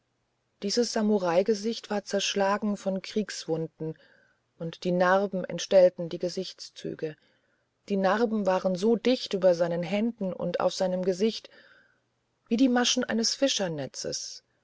dieses samuraigesicht war sehr zerschlagen von kriegswunden und die narben entstellten die gesichtszüge und die narben waren so dicht über seinen händen und über seinem gesicht wie die maschen in einem fischernetz